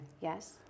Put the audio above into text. Yes